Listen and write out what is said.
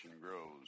grows